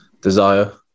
desire